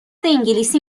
انگلیسی